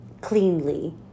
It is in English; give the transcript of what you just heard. cleanly